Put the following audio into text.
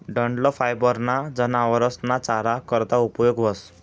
डंठल फायबर ना जनावरस ना चारा करता उपयोग व्हस